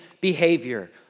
behavior